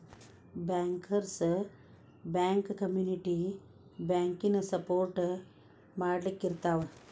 bankers bank community ಬ್ಯಾಂಕನ support ಮಾಡ್ಲಿಕ್ಕಿರ್ತಾವ